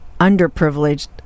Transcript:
underprivileged